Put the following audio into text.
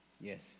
Yes